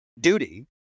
duty